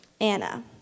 Anna